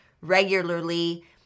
regularly